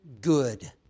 good